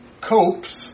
copes